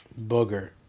Booger